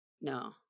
No